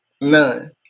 None